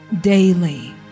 Daily